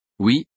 Oui